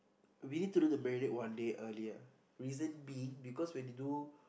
we need to do the marinate one day earlier reason being because when they do